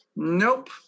Nope